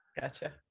Gotcha